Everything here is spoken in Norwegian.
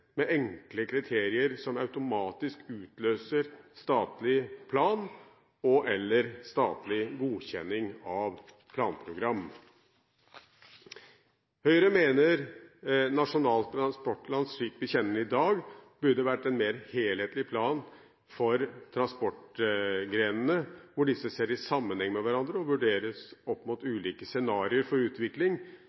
med enkle kriterier som automatisk utløser statlig plan og/eller statlig godkjenning av planprogram. Høyre mener Nasjonal transportplan slik vi kjenner den i dag, burde vært en mer helhetlig plan for transportgrenene, hvor disse ses i sammenheng med hverandre, og vurderes opp mot ulike scenarier for utvikling,